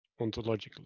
ontologically